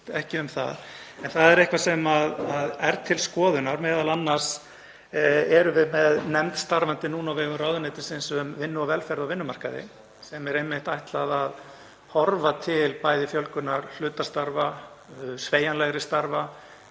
ekki um það, en það er eitthvað sem er til skoðunar. Við erum m.a. með nefnd starfandi núna á vegum ráðuneytisins um vinnu og velferð á vinnumarkaði sem er einmitt ætlað að horfa til bæði fjölgunar hlutastarfa, sveigjanlegri starfa